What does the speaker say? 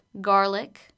garlic